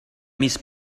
miss